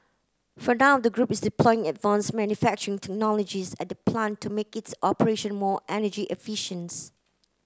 for now the group is deploying advanced manufacturing technologies at the plant to make its operation more energy